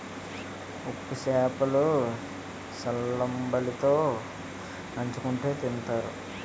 ఉప్పు సేప లు సల్లంబలి తో నంచుకుని తింతారు